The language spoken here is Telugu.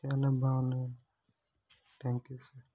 చాలా బాగున్నాయి థ్యాంక్ యు సార్